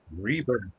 rebirth